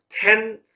ten